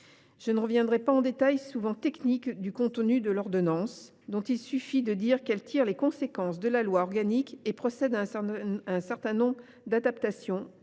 Je ne reviens pas sur le détail, souvent technique, du contenu de l’ordonnance, dont il suffit de dire qu’elle tire les conséquences de la loi organique et procède à un certain nombre d’adaptations,